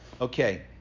Okay